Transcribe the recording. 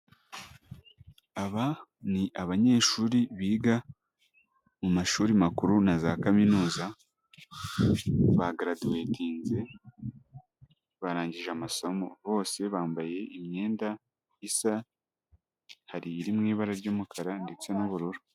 Aba ni abanyeshuri biga mu mashuri makuru na za kaminuza, bagaraduwetinze, barangije amasomo bose bambaye imyenda isa, hari iri mu ibara ry'umukara ndetse n'ubururu.